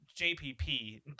JPP